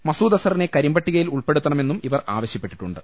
മസൂദ് അസറിനെ കരിമ്പട്ടികയിൽ ഉൾപ്പെടുത്തണമെന്നും ഇവർ ആവശ്യപ്പെട്ടിട്ടുണ്ട്